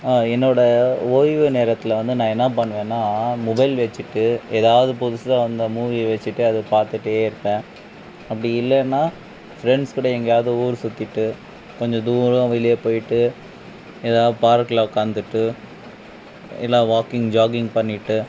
என்னோடய ஒய்வு நேரத்தில் வந்து நான் என்ன பண்ணுவேனால் மொபைல் வச்சிட்டு எதாவது புதுசாக வந்த மூவி வச்சிட்டு அதை பார்த்துட்டே இருப்பேன் அப்படி இல்லைன்னா ஃப்ரெண்ஸ் கூட எங்கியாவது ஊர் சுற்றிட்டு கொஞ்ச தூரமாக வெளியே போயிட்டு எதா பார்க்கில் உக்காந்துட்டு இல்லை வாக்கிங் ஜாகிங் பண்ணிவிட்டு